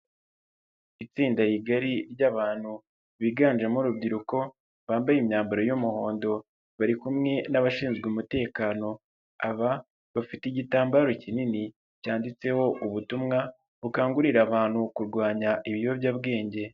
Itsinda rigari ry'abantu biganjemo urubyiruko, bambaye imyambaro y'umuhondo, bari kumwe n'abashinzwe umutekano, aba bafite igitambaro kinini cyanditseho ubutumwa bukangurira abantu kurwanya ibiyobyabwenge.